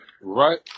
Right